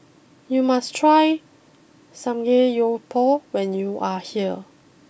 you must try Samgeyopsal when you are here